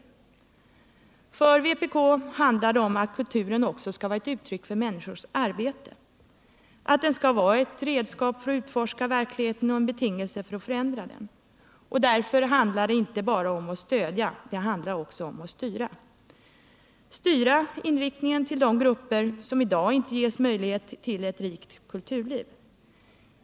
För vpk handlar det om att kulturen också skall vara ett uttryck för människors arbete — att den skall vara ett redskap för att utforska verkligheten och en betingelse för att förändra den. Därför handlar det inte bara om att stödja. Det handlar också om att styra — styra inriktningen till de grupper som i dag inte ges möjligheten till ett rikt kulturliv.